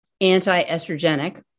anti-estrogenic